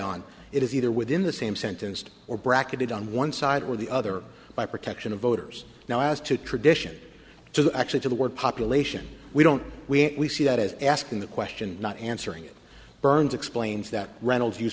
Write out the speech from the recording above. on it is either within the same sentence or bracketed on one side or the other by protection of voters now as to tradition to actually to the word population we don't we see that as asking the question not answering it burns explains that reynolds use